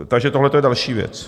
Takže tohleto je další věc.